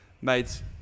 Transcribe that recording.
mate's